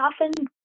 often